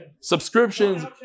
Subscriptions